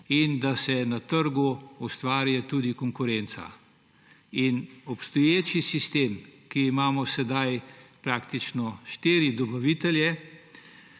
in da se na trgu ustvarja tudi konkurenca. Obstoječi sistem, po katerem imamo sedaj praktično štiri dobavitelje,